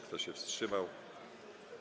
Kto się wstrzymał?